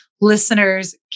listeners